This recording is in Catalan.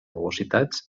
velocitats